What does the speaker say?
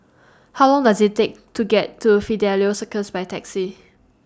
How Long Does IT Take to get to Fidelio Circus By Taxi